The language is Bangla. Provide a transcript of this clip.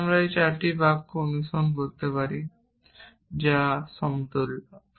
তবে আমি এই চারটি বাক্য থেকে অনুসরণ করতে পারি যা সমতুল্য